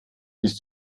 bist